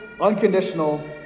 unconditional